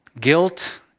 guilt